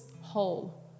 whole